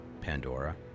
Pandora